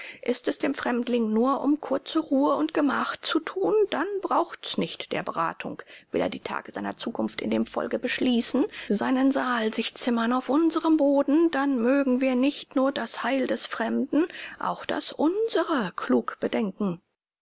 ist es dem fremdling nur um kurze ruhe und gemach zu tun dann braucht's nicht der beratung will er die tage seiner zukunft in dem volke beschließen seinen saal sich zimmern auf unserem boden dann mögen wir nicht nur das heil des fremden auch das unsere klug bedenken